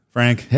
Frank